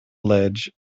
ledge